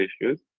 issues